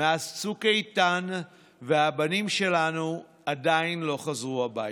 מאז צוק איתן והבנים שלנו עדיין לא חזרו הביתה.